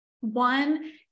One